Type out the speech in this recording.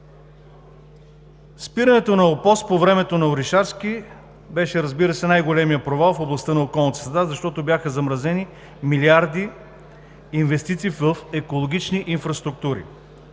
среда“ по времето на Орешарски беше, разбира се, най-големият провал в областта на околната среда, защото бяха замразени милиарди инвестиции в екологични инфраструктури.